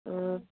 ꯑ